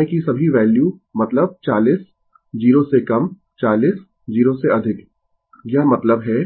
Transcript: समय की सभी वैल्यू मतलब 40 0 से कम 40 0 से अधिक यह मतलब है